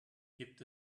gibt